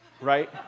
right